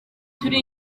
turi